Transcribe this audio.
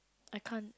I can't